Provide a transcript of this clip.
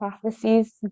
prophecies